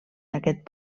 d’aquest